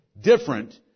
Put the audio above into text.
different